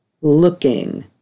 looking